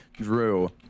Drew